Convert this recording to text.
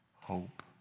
hope